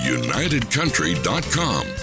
unitedcountry.com